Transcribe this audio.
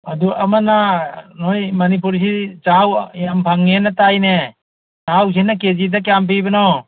ꯑꯗꯨ ꯑꯃꯅ ꯅꯣꯏ ꯃꯅꯤꯄꯨꯔꯁꯤ ꯆꯥꯛꯍꯥꯎ ꯌꯥꯝ ꯐꯪꯉꯦꯅ ꯇꯥꯏꯅꯦ ꯆꯥꯛꯍꯥꯎꯁꯤꯅ ꯀꯦ ꯖꯤꯗ ꯀꯌꯥꯝ ꯄꯤꯕꯅꯣ